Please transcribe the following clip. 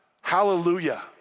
Hallelujah